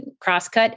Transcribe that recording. Crosscut